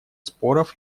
споров